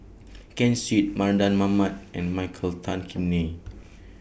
Ken Seet Mardan Mamat and Michael Tan Kim Nei